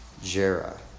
Jera